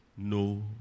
No